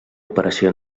operació